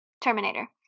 Terminator